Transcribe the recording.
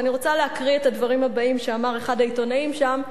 ואני רוצה להקריא את הדברים הבאים שאמר אחד העיתונאים שם.